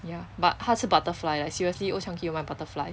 ya but 他是 butterfly like seriously old chang kee 有卖 butterfly